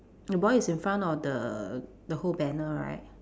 the boy is in front of the the whole banner right